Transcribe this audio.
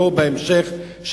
שיבואו בהמשך,